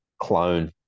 clone